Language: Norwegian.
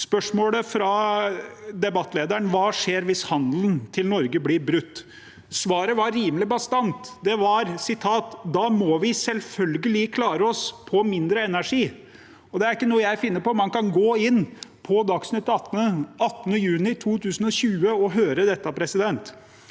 Spørsmålet fra debattlederen var: Hva skjer hvis handelen til Norge blir brutt? Svaret var rimelig bastant, og jeg siterer: Da må vi selvfølgelig klare oss på mindre energi. Dette er ikke noe jeg finner på. Man kan gå inn på Dagsnytt 18-sendingen fra den 18. juni 2020 og høre dette. Jeg